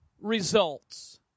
results